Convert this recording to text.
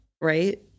right